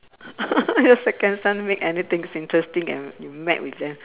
your second son make anything is interesting and met with them